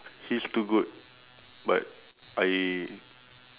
he's too good but I